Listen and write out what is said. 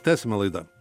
tęsiame laidą